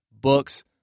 books